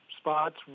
Spots